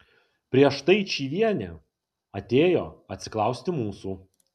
prieš tai čyvienė atėjo atsiklausti mūsų